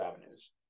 avenues